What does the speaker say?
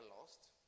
lost